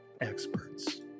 experts